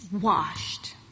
washed